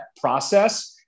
process